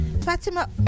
Fatima